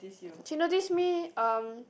she notice me um